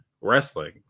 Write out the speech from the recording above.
wrestling